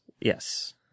Yes